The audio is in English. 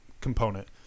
component